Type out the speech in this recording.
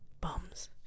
bombs